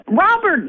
Robert